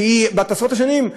שהיא בת עשרות שנים,